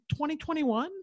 2021